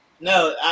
No